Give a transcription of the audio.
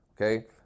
Okay